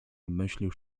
obmyślił